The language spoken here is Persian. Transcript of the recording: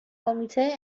کمیته